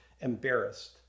embarrassed